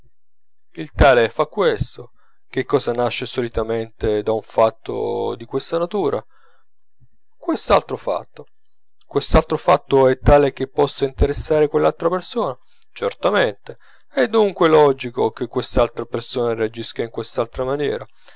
il tale fa questo che cosa nasce solitamente da un fatto di questa natura quest'altro fatto quest'altro fatto è tale che possa interessare quell'altra persona certamente è dunque logico che quest'altra persona reagisca in quest'altra maniera